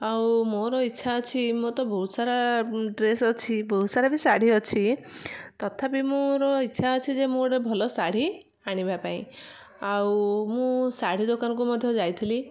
ଆଉ ମୋର ଇଚ୍ଛା ଅଛି ମୋତେ ବହୁତ ସାରା ଡ୍ରେସ ଅଛି ବହୁତ ସାରା ବି ଶାଢ଼ୀ ଅଛି ତଥାବି ମୋର ଇଚ୍ଛା ଅଛି ଯେ ମୁଁ ଗୋଟେ ଭଲ ଶାଢ଼ୀ ଆଣିବା ପାଇଁ ଆଉ ମୁଁ ଶାଢ଼ୀ ଦୋକାନ କୁ ମଧ୍ୟ ଯାଇଥିଲି